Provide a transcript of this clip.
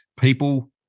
people